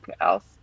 else